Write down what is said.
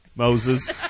Moses